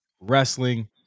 wrestling